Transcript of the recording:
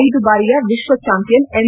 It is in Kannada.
ಐದು ಬಾರಿಯ ವಿಶ್ವಚಾಂಪಿಯನ್ ಎಂ